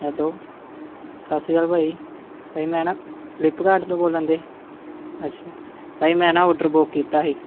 hello ਸਤਿ ਸ਼੍ਰੀ ਅਕਾਲ ਭਾਅ ਜੀ ਭਾਅ ਜੀ ਮੈਂ ਨਾ ਫਲਿੱਪਕਾਡ ਤੋਂ ਬੋਲਣ ਦੇ ਅੱਛਾ ਭਾਅ ਜੀ ਮੈਂ ਨਾ ਔਡਰ ਬੁੱਕ ਕੀਤਾ ਸੀ